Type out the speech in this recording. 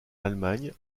allemagne